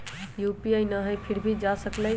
UPI न हई फिर भी जा सकलई ह?